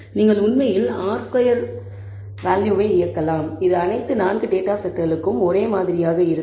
நீங்கள் உண்மையில் r square வேல்யூவை இயக்கலாம் இது அனைத்து 4 டேட்டா செட்களுக்கும் ஒரே மாதிரியாக இருக்கும்